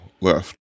left